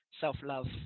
self-love